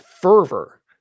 fervor